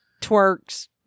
twerks